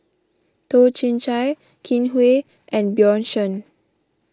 Toh Chin Chye Kin Chui and Bjorn Shen